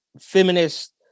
feminist